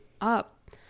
up